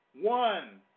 one